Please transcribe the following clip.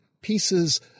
pieces